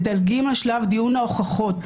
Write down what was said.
מדלגים על שלב דיון ההוכחות,